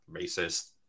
racist